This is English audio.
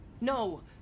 No